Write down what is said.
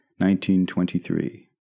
1923